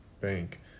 Bank